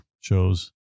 shows